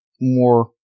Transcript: more